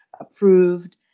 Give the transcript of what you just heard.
approved